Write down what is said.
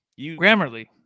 Grammarly